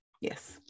Yes